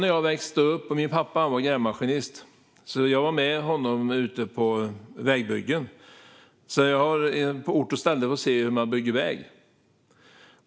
När jag växte upp var min pappa grävmaskinist, och jag var med honom ute på vägbyggen. Jag har alltså på ort och ställe fått se hur man bygger väg.